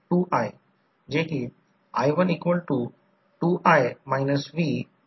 जर ते तसे असेल तर तसे असल्यास जर तसे असेल तर यामध्ये हे पहा की E1 E2 N1 N2 आणि E2 V2 माहित आहे